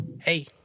hey